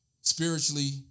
Spiritually